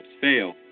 fail